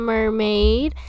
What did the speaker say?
Mermaid